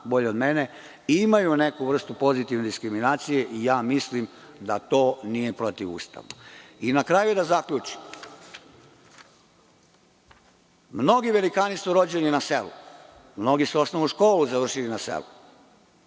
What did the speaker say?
bolje od mene, imaju neku vrstu pozitivne diskriminacije. Mislim da to nije protivustavno. Na kraju, da zaključim, mnogi velikani su rođeni na selu, mnogi su osnovnu školu završili na selu,